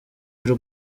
y’u